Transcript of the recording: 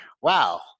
wow